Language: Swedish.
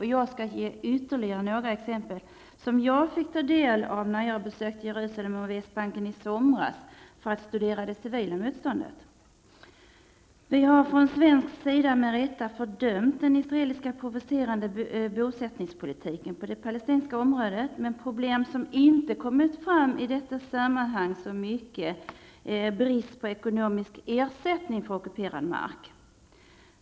Jag skall här ge ytterligare några exempel. Det gäller sådant som jag kunde ta del av när jag i somras besökte Jerusalem och Västbanken för att studera det civila motståndet. Vi har från svensk sida med rätta fördömt den israeliska provocerande bosättningspolitiken på palestinskt område. Ett problem som inte har kommit fram så mycket i det sammanhanget är bristen på ekonomisk ersättning för ockuperad mark.